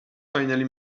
finally